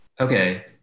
Okay